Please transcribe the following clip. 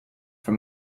for